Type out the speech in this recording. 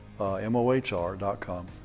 m-o-h-r.com